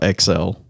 XL